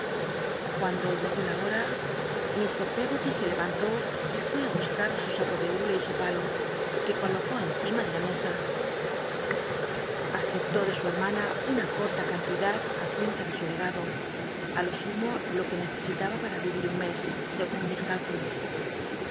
cuando llegó la hota mr i eggoty se lev tntó y fué á busca su saco de hule y su palo que colocó encima de la mesa aceptó de su hcimana una corta cantidad cuenta de su legado lo sumo lo que necesitaba para yi il un mes segun mis c